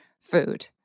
food